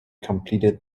completed